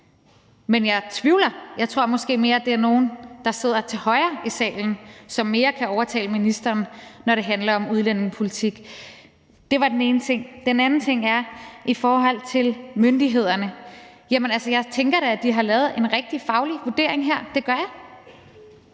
men jeg tvivler. Jeg tror måske mere, det er nogle, der sidder til højre i salen, som kan overtale ministeren, når det handler om udlændingepolitik. Det var den ene ting. Den anden ting er i forhold til myndighederne. Jeg tænker da, at de har lavet en rigtig faglig vurdering her. Det gør jeg.